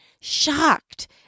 shocked